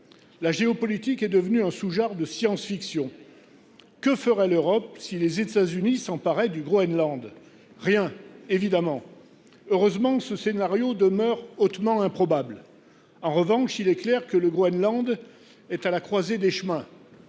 La géopolitique est devenue un sous genre de science fiction… Que ferait l’Europe si les États Unis s’emparaient du Groenland ? Rien, évidemment ! Heureusement, ce scénario demeure hautement improbable. En revanche, il est clair que le Groenland est à la croisée des chemins.